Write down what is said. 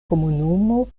komunumo